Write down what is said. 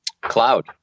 cloud